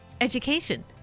education